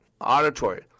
auditory